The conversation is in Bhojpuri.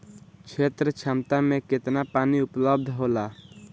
क्षेत्र क्षमता में केतना पानी उपलब्ध होला?